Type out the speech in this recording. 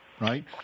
right